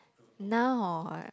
now or what